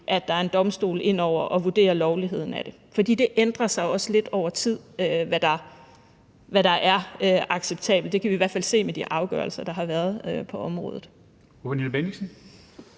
at der er en domstol ind over for at vurdere lovligheden af det, for det ændrer sig jo også lidt over tid, hvad der er acceptabelt – det kan vi i hvert fald se med de afgørelser, der har været på området.